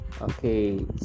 okay